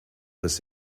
this